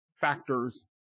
factors